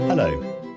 Hello